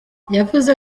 yavuze